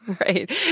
Right